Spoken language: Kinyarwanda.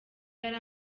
yari